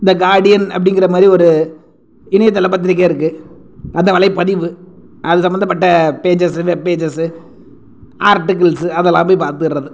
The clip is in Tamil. த கார்டியன் அப்படிங்கிறமாரி ஒரு இணையதள பத்திரிக்கை இருக்குது அந்த வலைபதிவு அது சம்பந்தப்பட்ட பேஜ்ஜஸு வெப் பேஜ்ஜஸு ஆர்டிகல்ஸ் அதெல்லாம் போய் பார்த்துட்றது